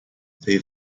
they